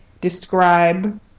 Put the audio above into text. describe